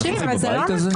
אנחנו לא חיים בבית הזה?